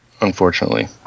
Unfortunately